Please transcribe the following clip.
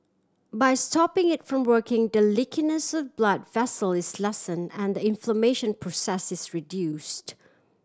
by stopping it from working the leakiness blood vessels is lessen and the inflammation process is reduced